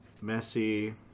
messy